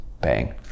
bang